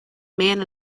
man